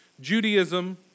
Judaism